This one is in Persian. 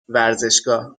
ورزشگاه